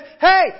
hey